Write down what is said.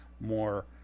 more